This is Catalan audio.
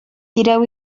tireu